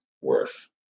Worth